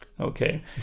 Okay